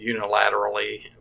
unilaterally